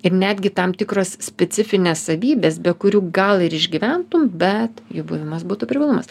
ir netgi tam tikros specifinės savybės be kurių gal ir išgyventum bet jų buvimas būtų privalumas